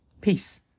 Peace